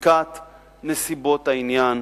בדיקת נסיבות העניין,